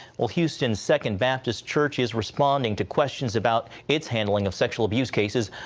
well houston's second baptist church is responding to questions about its handling of sexual abuse cases,